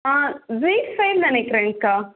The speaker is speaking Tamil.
ah G five நினைக்கிறேன்க்கா